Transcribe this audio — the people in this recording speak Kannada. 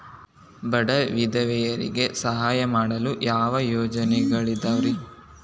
ಬಡ ವಿಧವೆಯರಿಗೆ ಸಹಾಯ ಮಾಡಲು ಯಾವ ಯೋಜನೆಗಳಿದಾವ್ರಿ?